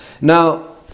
Now